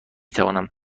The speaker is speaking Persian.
توانم